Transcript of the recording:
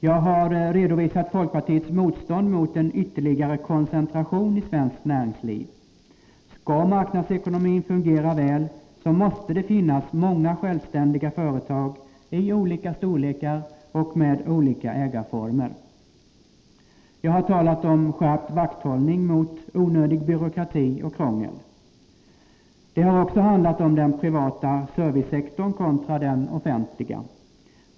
Jag har redovisat folkpartiets motstånd mot en ytterligare koncentration i svenskt näringsliv. Skall marknadsekonomin fungera väl måste det finnas många självständiga företag i olika storlekar och med olika ägarformer. Jag har talat om skärpt vakthållning mot onödig byråkrati och krångel. Det har också handlat om den privata servicesektorn kontra den offentliga.